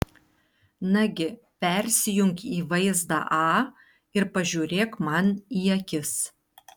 nagi persijunk į vaizdą a ir pažiūrėk man į akis